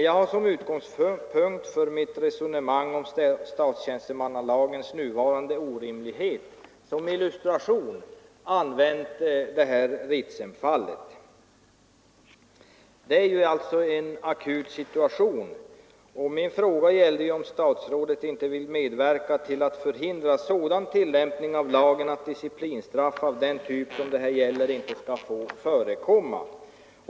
Jag har som en illustration till mitt resonemang om statstjänstemannalagens nuvarande orimlighet använt Ritsemfallet, som är en akut situation. Min fråga gällde om statsrådet inte vill medverka till att förhindra sådan tillämpning av lagen att disciplinstraff av den typ det här gäller skall få förekomma.